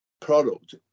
product